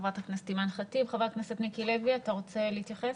חבר הכנסת מיקי לוי, אתה רוצה להתייחס?